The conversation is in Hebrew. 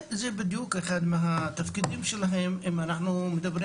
זה בדיוק אחד מהתפקידים שלהם אם אנחנו מדברים